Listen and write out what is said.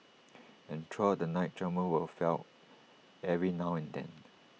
and throughout the night tremors were felt every now and then